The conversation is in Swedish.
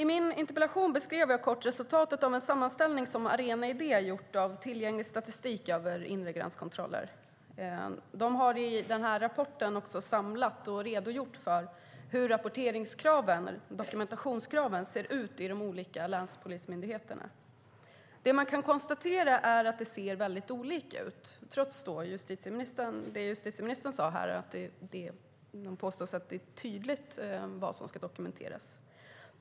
I min interpellation beskrev jag kort resultatet av en sammanställning som Arena Idé gjort av tillgänglig statistik över inre gränskontroller. De har i rapporten också samlat och redogjort för hur rapporteringskraven, dokumentationskraven, ser ut i de olika länspolismyndigheterna. Det man kan konstatera är att det ser väldigt olika ut, trots att justitieministern påstod att det är tydligt vad som ska dokumenteras.